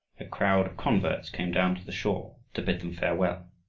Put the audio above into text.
a crowd of converts came down to the shore to bid them farewell.